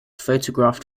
photographed